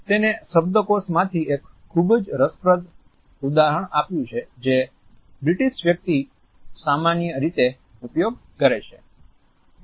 તેને શબ્દકોશ માંથી એક ખૂબજ રસપ્રદ ઉદાહરણ આપ્યું છે જે બ્રિટિશ વ્યક્તિ સામાન્ય રીતે ઉપયોગ કરે છે